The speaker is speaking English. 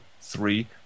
three